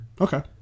Okay